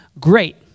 great